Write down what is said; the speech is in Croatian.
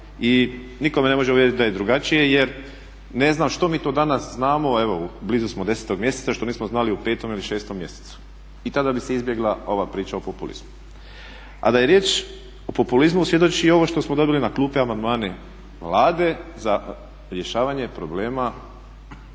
i nitko me ne može uvjeriti da je drugačije jer ne znam što mi to danas znamo a evo blizu smo 10. mjeseca što nismo znali u 5. ili 6. mjesecu i tada bi se izbjegla ova priča o populizmu. A da je riječ o populizmu svjedoči i ovo što smo dobili na klupe, amandmane Vlade za rješavanje problema ljudi